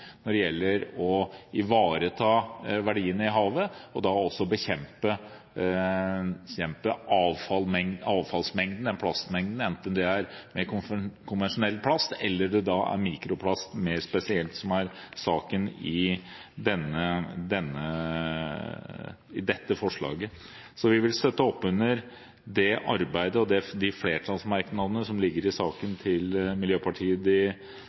når det gjelder å ivareta verdiene i havet og bekjempe avfallsmengden – plastmengden – enten det er konvensjonell plast eller mikroplast spesielt, som er saken i dette forslaget. Vi vil støtte opp under det arbeidet og de flertallsmerknadene som ligger i saken som er basert på forslaget fra Miljøpartiet De